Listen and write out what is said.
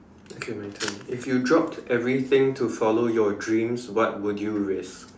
okay my turn if you dropped everything to follow your dreams what would you risk